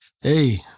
hey